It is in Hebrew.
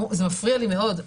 זה מפריע לי מאוד,